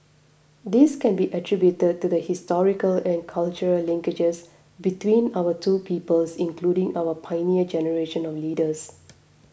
this can be attributed to the historical and cultural linkages between our two peoples including our Pioneer Generation of leaders